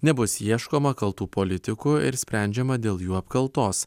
nebus ieškoma kaltų politikų ir sprendžiama dėl jų apkaltos